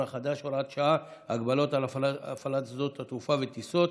החדש (הוראת שעה) (הגבלות על הפעלת שדות תעופה וטיסות)